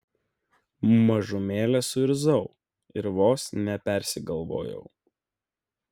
mažumėlę suirzau ir vos nepersigalvojau